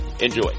Enjoy